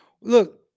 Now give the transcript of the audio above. look